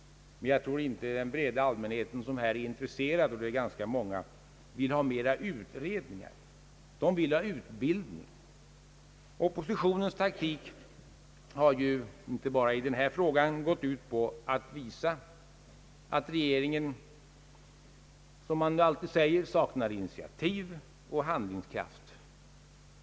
Men jag tror inte att den breda allmänheten som här är intresserad — och det är ganska många — vill ha mera utredningar. Man vill ha utbildning. Oppositionens taktik har ju inte bara i den här frågan gått ut på att visa att regeringen, som man alltid säger, saknar initiativ och handlingskraft.